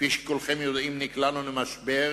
כפי שכולכם יודעים, נקלענו למשבר